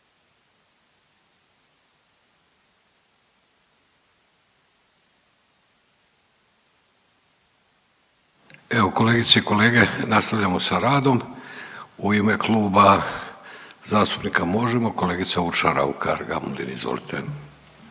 Evo kolegice i kolege, nastavljamo sa radom. U ime Kluba zastupnika MOŽEMO kolegica Urša Raukar- Gamulin, izvolite.